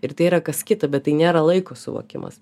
ir tai yra kas kita bet tai nėra laiko suvokimas